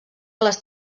les